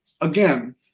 again